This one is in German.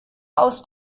aus